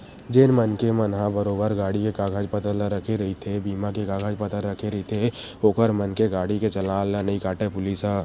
जेन मनखे मन ह बरोबर गाड़ी के कागज पतर ला रखे रहिथे बीमा के कागज पतर रखे रहिथे ओखर मन के गाड़ी के चलान ला नइ काटय पुलिस ह